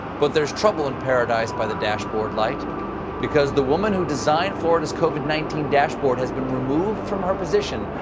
but there's trouble in paradise by the dashboard light because the woman who designed florida's covid nineteen dashboard has been removed from her position,